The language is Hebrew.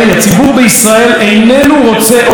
איננו רוצה עוד בכם,